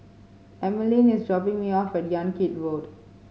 Emeline is dropping me off at Yan Kit Road